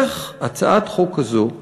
איך הצעת החוק כזאת מקודמת,